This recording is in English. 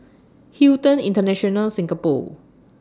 Hilton International Singapore